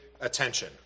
attention